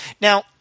Now